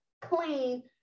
clean